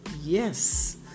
Yes